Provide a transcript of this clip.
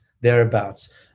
thereabouts